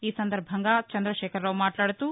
ఈ సందర్బంగా చంద్రకేఖరరావు మాట్లాడుతూ